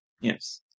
Yes